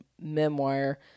memoir